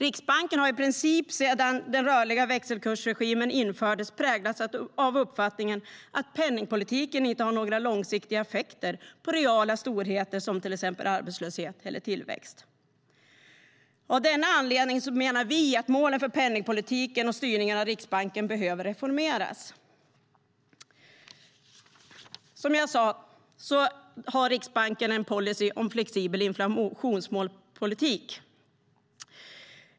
Riksbanken har i princip sedan den rörliga växelkursregimen infördes präglats av uppfattningen att penningpolitiken inte har några långsiktiga effekter på reala storheter som till exempel arbetslöshet eller tillväxt. Av denna anledning menar vi att målen för penningpolitiken och styrningen av Riksbanken behöver reformeras. Som jag sade har Riksbanken en policy om en flexibel inflationsmålspolitik.